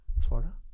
Florida